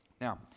Now